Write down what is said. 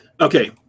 Okay